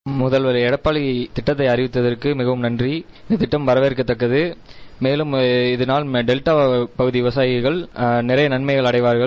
seconds முதல்வர் எடப்பாடி திட்டத்தை அறிவித்ததற்கு மிகவும் நன்றி இத்திட்டம் வரவேற்கத்தக்கது மேலும் இதனால் டெல்டா பகுதி விவசாயிகள் நிறைய நன்மைகள் அடைவார்கள்